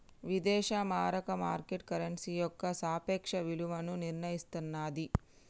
విదేశీ మారక market currency యొక్క సాపేక్ష విలువను నిర్ణయిస్తన్నాది